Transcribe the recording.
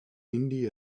indie